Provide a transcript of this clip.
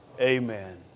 Amen